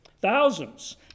thousands